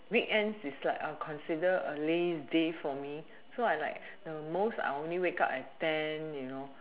weekends is like I'll consider a lazy day for me so I like the most I'll only wake up at ten you know